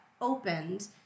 opened